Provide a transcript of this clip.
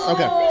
Okay